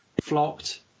flocked